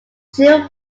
cheung